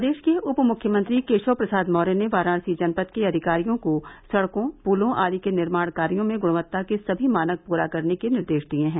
प्रदेश के उप मुख्यमंत्री केशव प्रसाद मौर्य ने वाराणसी जनपद के अधिकारियों को सड़कों पुलों आदि के निर्माण कार्यो में गुणवत्ता के सभी मानक पूरे करने के निर्देश दिये हैं